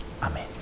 Amen